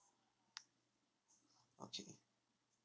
okay